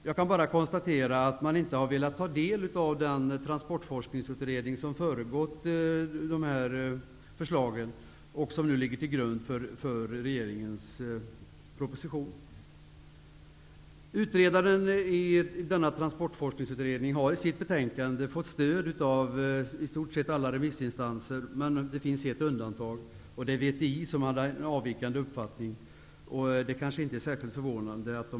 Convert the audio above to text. Jag kan bara konstatera att man inte har velat ta del av den transportforskningsutredning som har föregått förslagen och som ligger till grund för regeringens proposition. Utredaren har i sitt betänkande fått stöd av i stort sett alla remissinstanser, med ett undantag. VTI hade en avvikande uppfattning -- och det kanske inte är särskilt förvånande.